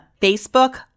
Facebook